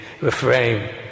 refrain